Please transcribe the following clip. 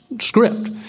script